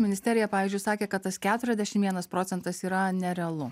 ministerija pavyzdžiui sakė kad tas keturiasdešim vienas procentas yra nerealu